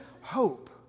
hope